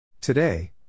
Today